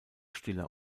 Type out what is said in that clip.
stiller